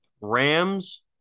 Rams